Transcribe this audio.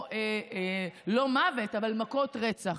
או אם זה לא מוות, אז ממכות רצח.